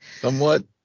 somewhat